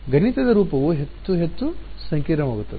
ಗಣಿತದ ರೂಪವು ಹೆಚ್ಚು ಹೆಚ್ಚು ಸಂಕೀರ್ಣವಾಗುತ್ತದೆ